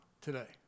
today